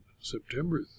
September